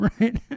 Right